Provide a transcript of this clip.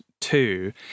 two